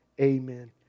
amen